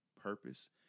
purpose